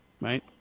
Right